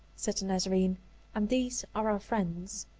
said the nazarene and these are our friends.